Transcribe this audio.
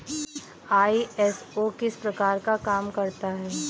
ISO किस प्रकार काम करता है